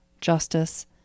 justice